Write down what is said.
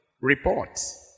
reports